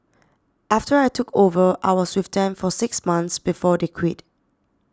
after I took over I was with them for six months before they quit